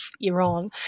Iran